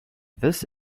this